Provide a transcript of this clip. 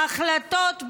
ההחלטות,